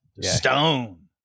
Stone